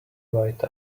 white